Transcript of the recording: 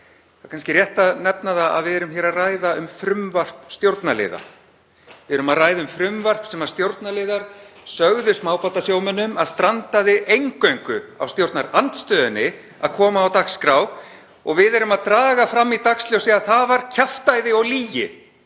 Það er kannski rétt að nefna það að við erum hér að ræða um frumvarp stjórnarliða. Við erum að ræða um frumvarp sem stjórnarliðar sögðu smábátasjómönnum að strandaði eingöngu á stjórnarandstöðunni að koma á dagskrá. Við erum að draga það fram í dagsljósið að það var kjaftæði og lygi,